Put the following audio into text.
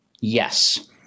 Yes